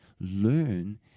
learn